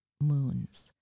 moons